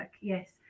yes